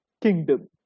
kingdom